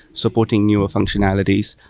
supporting newer functionalities.